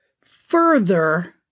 further